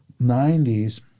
90s